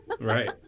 Right